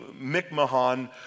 McMahon